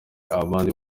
abandi